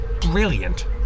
brilliant